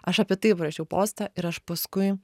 aš apie tai parašiau postą ir aš paskui